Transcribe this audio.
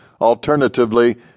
Alternatively